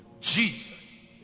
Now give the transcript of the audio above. jesus